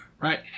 right